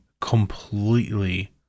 completely